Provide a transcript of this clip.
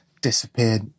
disappeared